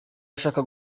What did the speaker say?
ashaka